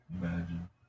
Imagine